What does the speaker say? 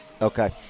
Okay